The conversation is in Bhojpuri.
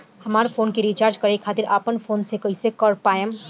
हमार फोन के रीचार्ज करे खातिर अपने फोन से कैसे कर पाएम?